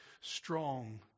strong